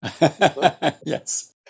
Yes